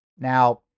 Now